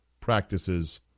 practices